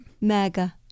mega